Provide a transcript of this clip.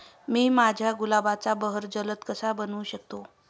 मी माझ्या गुलाबाचा बहर जलद कसा बनवू शकतो?